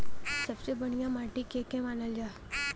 सबसे बढ़िया माटी के के मानल जा?